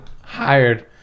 hired